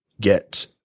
get